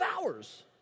hours